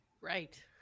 Right